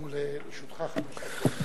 גם לרשותך חמש דקות.